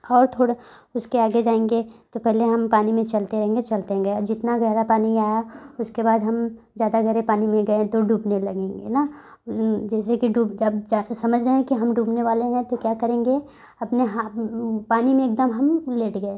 और थोड़ा उसके आगे जाएंगे तो पहले हम पानी में चलते रहेंगे चलते रहेंगे और जितना गहरा पानी आया उसके बाद हम ज़्यादा गहरे पानी में गए तो डूबने लगेंगे न जैसे कि डूब जब जा तो समझ जाएँ कि हम डूबने वाले हैं तो क्या करेंगे अपने हाथ पानी में एकदम हम लेट गए